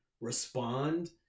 respond